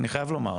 אני חייב לומר,